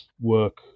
work